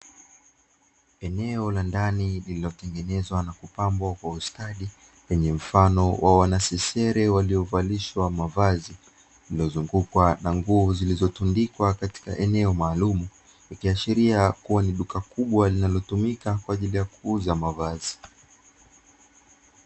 Eneo la ndani lililo tengenezwa na kupambwa kwa ustadi lenye mfano wa wanasesere walio valishwa mavazi, lililo zungukwa na nguo zilizo tundikwa katika eneo maalumu, ikiashiria kua ni duka kubwa linalo tumika kwa ajili ya kuuza mavazi.